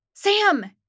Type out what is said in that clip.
Sam